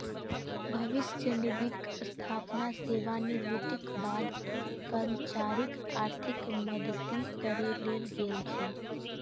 भविष्य निधिक स्थापना सेवानिवृत्तिक बाद कर्मचारीक आर्थिक मदति करै लेल गेल छै